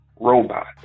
robot